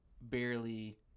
barely